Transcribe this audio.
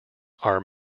are